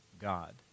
God